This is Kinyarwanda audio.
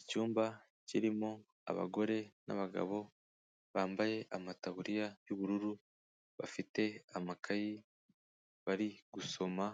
Icyumba kirimo abagore n'abagabo, bambaye amataburiya y'ubururu bafite amakayi, bari gusoma,